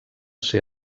ser